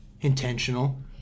intentional